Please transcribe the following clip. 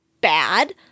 bad